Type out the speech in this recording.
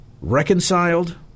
reconciled